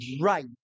right